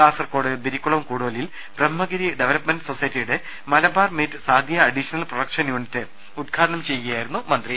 കാസർകോട് ബിരിക്കുളം കൂടോലിൽ Brahmagiri development സൊസൈറ്റിയുടെ Malabar meat സാദിയ അഡീഷണൽ പ്രൊഡക്ഷൻ യൂണിറ്റ് ഉദ്ഘാ ടനം ചെയ്യുകയായിരുന്നു മന്ത്രി